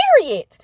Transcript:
period